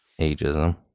ageism